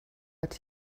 but